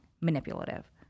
manipulative